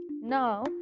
Now